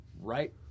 right